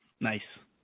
Nice